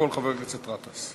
קודם כול חבר הכנסת גטאס.